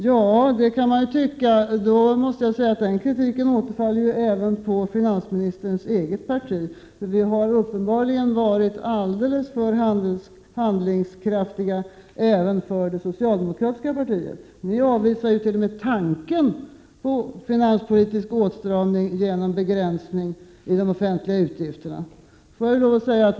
Ja, det kan man tycka, men jag måste säga att den kritiken återfaller även på finansministerns eget parti. Vi har uppenbarligen varit alldeles för handlingskraftiga även för det socialdemokratiska partiet. Ni avvisar jut.o.m. tanken på en finanspolitisk åtstramning genom begränsning av de offentliga utgifterna.